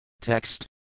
Text